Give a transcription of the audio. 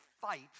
fight